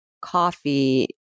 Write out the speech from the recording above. coffee